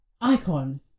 Icon